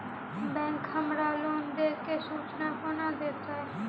Bank हमरा loan देय केँ सूचना कोना देतय?